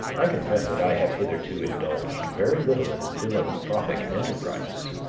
i confess that i have hitherto indulged very little in philanthropic enterprises.